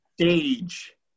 stage